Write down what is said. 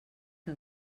que